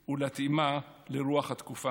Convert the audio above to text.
ולהתאימה לרוח התקופה'.